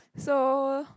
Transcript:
so